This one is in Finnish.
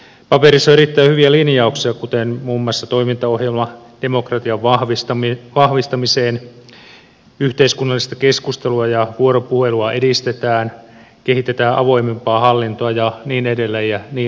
paperissa on erittäin hyviä linjauksia kuten muun muassa toimintaohjelma demokratian vahvistamiseen se että yhteiskunnallista keskustelua ja vuoropuhelua edistetään kehitetään avoimempaa hallintoa ja niin edelleen ja niin edelleen